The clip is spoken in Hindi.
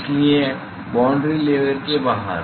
इसलिए बाॅन्ड्री लेयर के बाहर